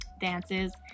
dances